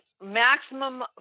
Maximum